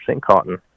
cotton